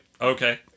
Okay